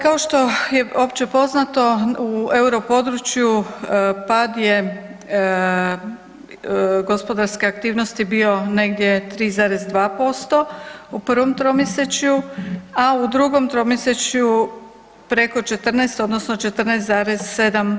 Kao što je opće poznato u euro području pad je gospodarske aktivnosti bio negdje 3,2% u prvom tromjesečju, a u drugom tromjesečju preko 14, odnosno 14,7%